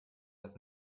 das